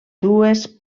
dues